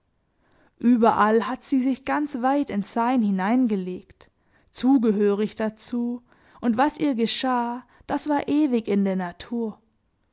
überall hat sie sich ganz weit ins sein hineingelegt zugehörig dazu und was ihr geschah das war ewig in der natur